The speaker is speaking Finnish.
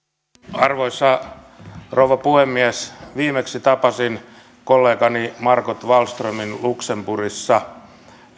arvoisa rouva puhemies viimeksi tapasin kollegani margot wallströmin luxemburgissa